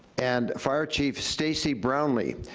and fire chief stacey brownley.